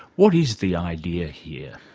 what is the idea here?